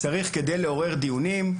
צריך כדי לעורר דיונים,